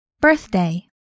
Birthday